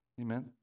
Amen